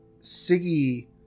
Siggy